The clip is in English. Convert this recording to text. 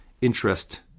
interest